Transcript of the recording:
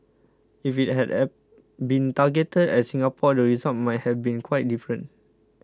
if it had been targeted at Singapore the results might have been quite different